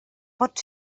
pot